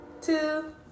two